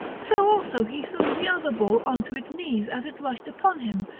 so also he threw the other bull on to its knees as it rushed upon him,